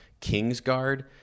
Kingsguard